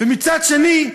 מצד שני,